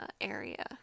area